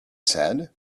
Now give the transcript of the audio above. said